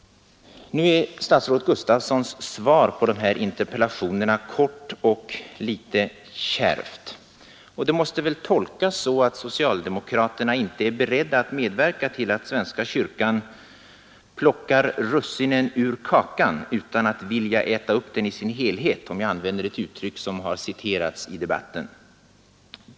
Nu är statsrådet Gustafssons svar på interpellationerna kort och litet kärvt, och det måste väl tolkas så att socialdemokraterna inte är beredda att medverka till att svenska kyrkan ”plockar russinen ur kakan utan att vilja äta upp den i dess helhet”, om jag använder ett uttryck som har citerats i debatten.